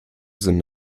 sind